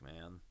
man